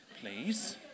please